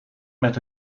met